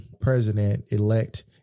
president-elect